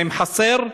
האם חסר?